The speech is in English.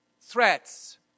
threats